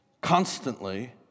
constantly